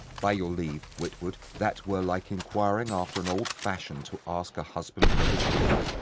by your leave, witwoud, that were like enquiring after an old fashion to ask a husband for his wife.